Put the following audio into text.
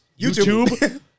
YouTube